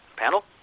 panel?